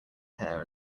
hair